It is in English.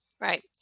right